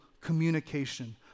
communication